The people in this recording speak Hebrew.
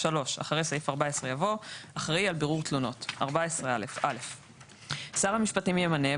(3)אחרי סעיף 14 יבוא: "אחראי על בירור תלונות14א.(א)שר המשפטים ימנה,